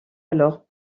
alors